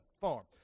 farm